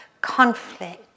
conflict